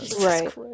Right